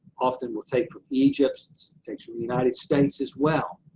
often will take from egypt's, takes from the united states as well.